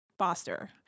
Foster